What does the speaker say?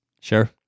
Sure